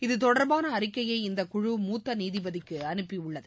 இது தொடர்பான அறிக்கையை இந்த குழு மூத்த நீதிபதிக்கு அனுப்பியுள்ளது